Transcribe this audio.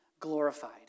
glorified